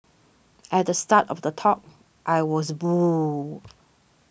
at the start of the talk I was booed